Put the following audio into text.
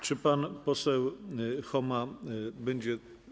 Czy pan poseł Choma będzie.